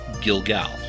Gilgal